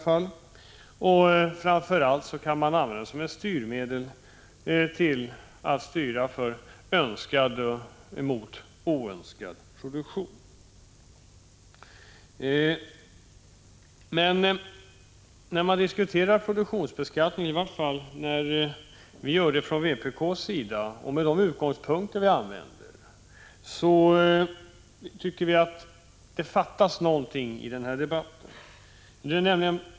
Framför allt kan man använda den som medel för att styra till önskad produktion från oönskad produktion. När man diskuterar produktionsbeskattning tycker vi inom vpk med våra utgångspunkter, att det fattas någonting i debatten.